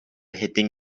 hitting